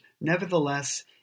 nevertheless